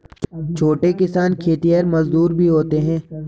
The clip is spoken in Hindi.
छोटे किसान खेतिहर मजदूर भी होते हैं